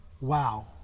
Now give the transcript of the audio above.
Wow